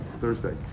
Thursday